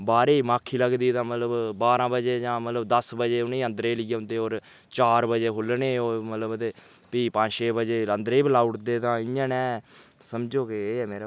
बाह्रे माक्खी लगदी तां मतलब बारां बजे जां मतलब दस बजे उ'नेंगी अन्दरै लेई औंदे होर चार बजे खोलने ओह् मतलब ते फ्ही पंज छे बजे अन्दरै बी लाई ओड़दे तां इ'या ने समझो के एह् ऐ मेरे